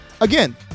again